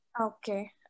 Okay